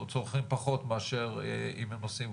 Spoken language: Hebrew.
צורכים פחות מאשר אם הם נוסעים